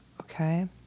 Okay